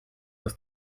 aus